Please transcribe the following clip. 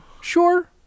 Sure